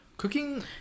Cooking